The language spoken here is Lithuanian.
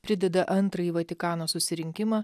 prideda antrąjį vatikano susirinkimą